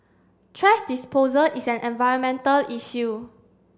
thrash disposal is an environmental issue